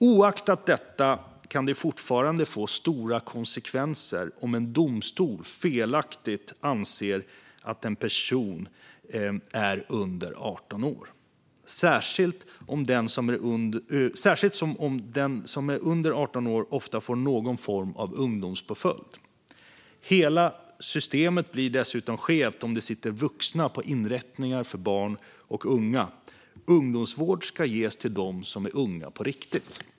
Oaktat detta kan det fortfarande få stora konsekvenser om en domstol felaktigt anser att en person är under 18 år, särskilt då den som är under 18 år oftast får någon form av ungdomspåföljd. Hela systemet blir dessutom skevt om det sitter vuxna på inrättningar för barn och unga. Ungdomsvård ska ges till dem som är unga på riktigt.